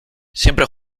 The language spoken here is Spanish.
siempre